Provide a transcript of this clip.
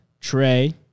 trey